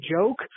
joke